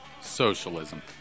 Socialism